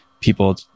people